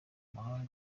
mahanga